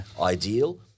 ideal